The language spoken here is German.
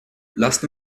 lasst